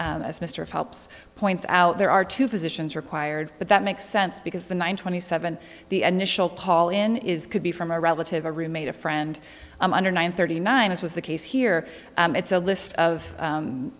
as mr phelps points out there are two physicians required but that makes sense because the nine twenty seven the initial call in is could be from a relative a roommate a friend under nine thirty nine as was the case here it's a list of